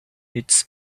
its